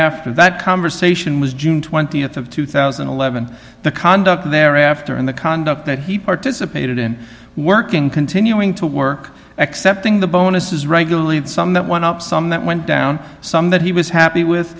after that conversation was june th of two thousand and eleven the conduct there after and the conduct that he participated in working continuing to work excepting the bonuses regularly and some that one up some that went down some that he was happy with